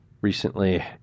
recently